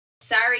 sorry